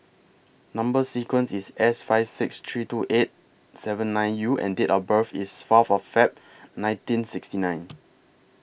Number sequence IS S five six three two eight seven nine U and Date of birth IS Fourth of Feb nineteen sixty nine